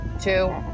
two